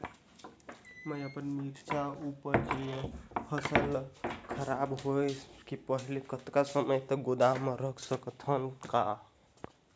मैं अपन मिरचा ऊपज या फसल ला खराब होय के पहेली कतका समय तक गोदाम म रख सकथ हान ग?